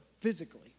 physically